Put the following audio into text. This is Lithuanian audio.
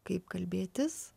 kaip kalbėtis